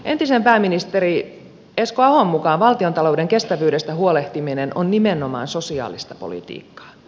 entisen pääministerin esko ahon mukaan valtiontalouden kestävyydestä huolehtiminen on nimenomaan sosiaalista politiikkaa